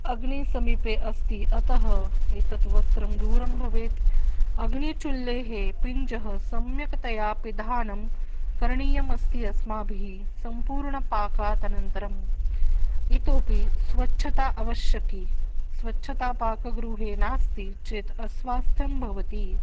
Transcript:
अग्नि समीपे अस्ति अतः एतत् वस्त्रं दूरं भवेत् अग्निचुल्लेः पिञ्जः सम्यक्तया पिधानं करणीयमस्ति अस्माभिः सम्पूर्णपाकात् अनन्तरम् इतोपि स्वच्छता आवश्यकी स्वच्छता पाकगृहे नास्ति चेत् अस्वास्थ्यं भवति